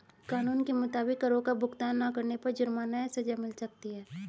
कानून के मुताबिक, करो का भुगतान ना करने पर जुर्माना या सज़ा मिल सकती है